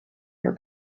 her